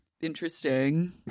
...interesting